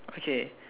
okay